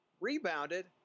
rebounded